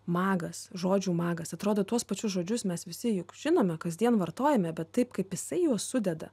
magas žodžių magas atrodo tuos pačius žodžius mes visi juk žinome kasdien vartojame bet taip kaip jisai juos sudeda